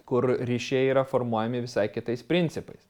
kur ryšiai yra formuojami visai kitais principais